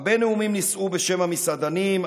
הרבה נאומים נישאו בשם המסעדנים,